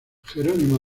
jerónimo